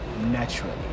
naturally